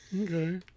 Okay